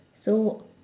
so